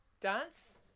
dance